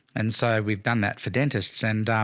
and so we've done that for dentists and